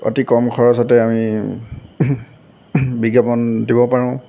অতি কম খৰচতে আমি বিজ্ঞাপন দিব পাৰোঁ